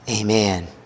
amen